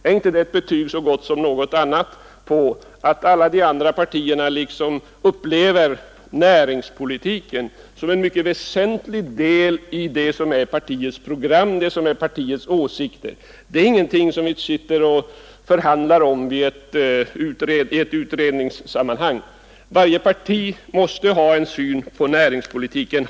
Är inte det ett belägg så gott som något annat för att alla de andra partierna upplever näringspolitiken som en mycket väsentlig del av det som är partiernas program och åsikter? Det är ingenting som vi sitter och förhandlar om i ett utredningssammanhang. Varje parti måste ha en syn på näringspolitiken.